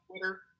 Twitter